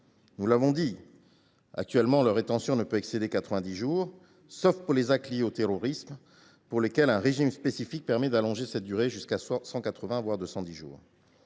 graves. Actuellement, leur rétention ne peut excéder 90 jours, sauf pour les actes liés au terrorisme, pour lesquels un régime spécifique permet d’allonger cette durée jusqu’à 180, voire 210 jours.